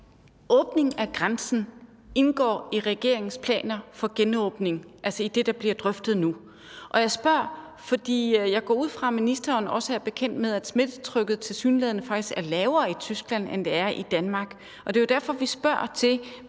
åbning af grænsen indgår i regeringens planer for genåbning, altså i det, der bliver drøftet nu. Jeg spørger, fordi jeg går ud fra, at ministeren også er bekendt med, at smittetrykket tilsyneladende faktisk er lavere i Tyskland, end det er i Danmark. Det er jo derfor, vi spørger til,